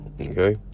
Okay